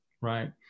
right